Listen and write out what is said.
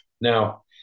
Now